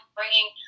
bringing